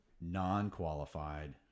non-qualified